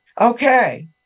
okay